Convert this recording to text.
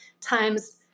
times